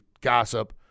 gossip